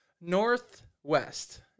northwest